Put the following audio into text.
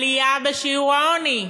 עלייה בשיעור העוני,